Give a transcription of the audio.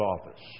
office